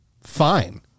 fine